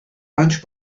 launch